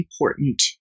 important